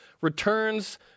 returns